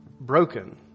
broken